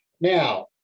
Now